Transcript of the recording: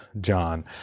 John